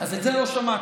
אז את זה לא שמעתי.